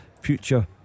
future